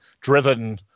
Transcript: driven